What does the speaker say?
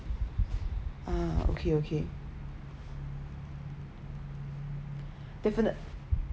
uh okay okay definite